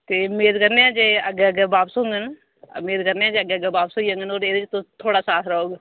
ते मेद करने आं जे अग्गे अग्गै बापस होंङन मेद करने आं जे अग्गेैअग्गै बापस होई जाह्ङन और एहदे च तुस थुआढ़ा साथ रौह्ग